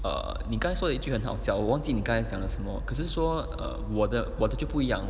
err 你刚说的一句很好笑我忘记你刚才讲了什么可是说我的我的就不一样